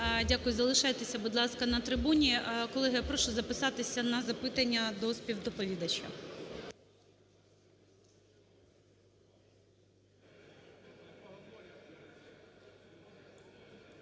Дякую. Залишайтеся, будь ласка, на трибуні. Колеги, я прошу записатися на запитання до співдоповідача.